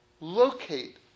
locate